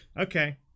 Okay